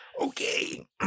Okay